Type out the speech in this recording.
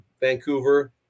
Vancouver